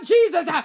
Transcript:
Jesus